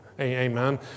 Amen